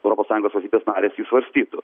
europos sąjungos valstybės narės jį svarstytų